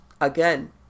again